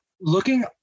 looking